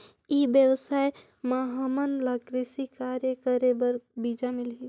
ई व्यवसाय म हामन ला कृषि कार्य करे बर बीजा मिलही?